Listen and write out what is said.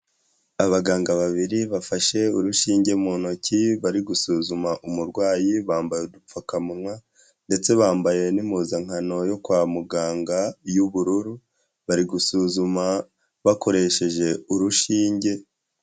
Abaganga babiri bafashe urushinge mu ntoki, bari gusuzuma umurwayi, bambaye udupfukamunwa ndetse bambaye n'impuzankano yo kwa muganga y'ubururu, bari gusuzuma bakoresheje urushinge.